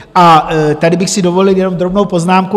A tady bych si dovolil jenom drobnou poznámku.